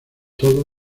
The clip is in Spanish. todo